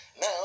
Now